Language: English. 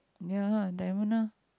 ya lah diamond ah